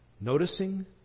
Noticing